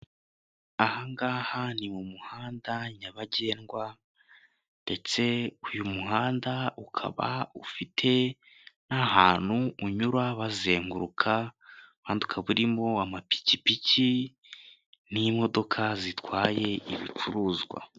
Aha ngaha ni mu muhanda nyabagendwa, ndetse uyu muhanda ukaba ufite n'ahantu unyura bazenguruka umuhanda ukaba urimo ama piki piki n'imodoka zitwaye ibicuruzwa.